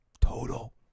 Total